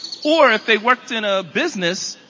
or if they worked in a business,